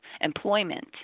employment